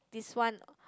this one